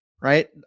right